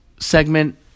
Segment